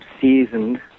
seasoned